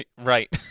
Right